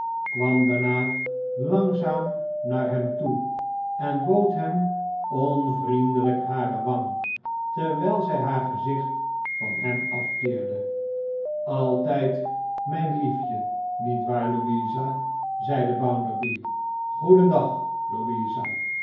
kwam daarna langzaam naar hem toe en bood hem onvriendelijk hare wang terwijl zij haar gezicht van hem afkeerde altijd mijn liefje niet waar louisa zeide bounderby goedendag louisa